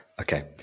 Okay